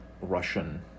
russian